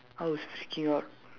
I was freaking out